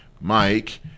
Mike